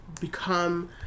become